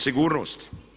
Sigurnost.